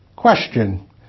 Question